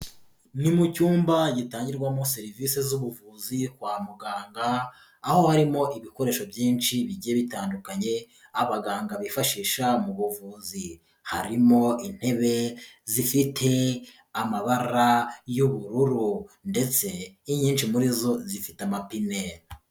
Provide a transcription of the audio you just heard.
Ni mu cyumba gitangirwamo serivisi z'ubuvuzi kwa muganga, aho harimo ibikoresho byinshi bigiye bitandukanye abaganga bifashisha mu buvuzi, harimo intebe zifite amabara y'ubururu ndetse inyinshi muri zo zifite amapine.